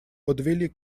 подвели